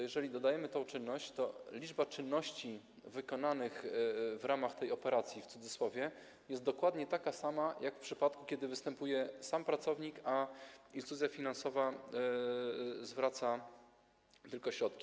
Jeżeli dodajemy tę czynność, to liczba czynności wykonanych w ramach tej operacji, w cudzysłowie, jest dokładnie taka sama, jak w przypadku, kiedy występuje sam pracownik, a instytucja finansowa zwraca tylko środki.